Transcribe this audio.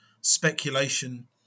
speculation